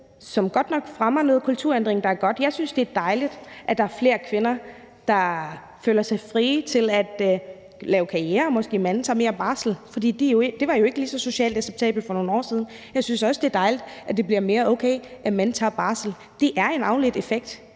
om det er noget kulturændring, der gør noget godt. Jeg synes, det er dejligt, at der er flere kvinder, der føler sig frie i forhold til at gøre karriere, hvor manden måske tager mere barsel, for det var jo ikke lige så socialt acceptabelt for nogle år siden. Jeg synes også, det er dejligt, at det bliver mere okay, at manden tager barsel. Det er en afledt effekt